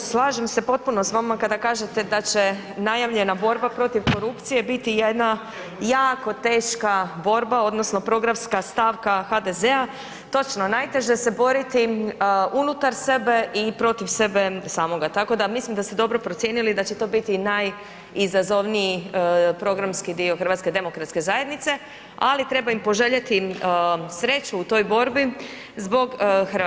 Kolega Bauk, slažem se potpuno s vama kada kažete da će najavljena borba protiv korupcije biti jedna jako teška borba odnosno programska stavka HDZ-a, točno, najteže se boriti unutar sebe i protiv sebe samoga tako da mislim da ste dobro procijenili i da će to biti najizazovniji programski dio HDZ-a ali treba im poželjeti sreću u toj borbi zbog Hrvatske.